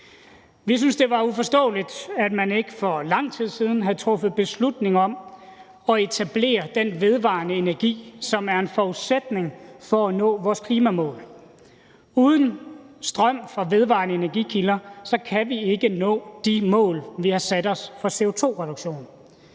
Vi synes, det var uforståeligt, at man ikke for lang tid siden havde truffet beslutning om at etablere den vedvarende energi, som er en forudsætning for at nå vores klimamål. Uden strøm fra vedvarende energikilder kan vi ikke nå de mål, vi har sat os for CO2-reduktion,